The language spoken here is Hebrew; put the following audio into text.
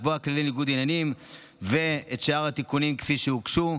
לקבוע כללי ניגוד עניינים ואת שאר התיקונים כפי שהוגשו.